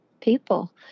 people